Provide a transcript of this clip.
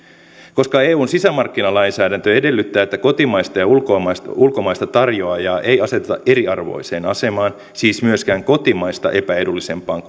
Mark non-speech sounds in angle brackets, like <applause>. koska eun sisämarkkinalainsäädäntö edellyttää että kotimaista ja ulkomaista ulkomaista tarjoajaa ei aseteta eriarvoiseen asemaan siis myöskään kotimaista epäedullisempaan <unintelligible>